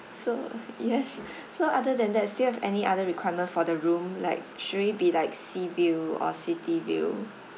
so yes so other than that still have any other requirement for the room like should it be like sea view or city view